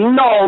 no